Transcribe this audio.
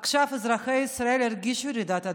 עכשיו אזרחי ישראל הרגישו רעידת אדמה.